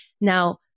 Now